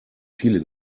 viele